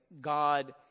God